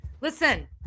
Listen